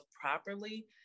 properly